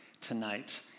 tonight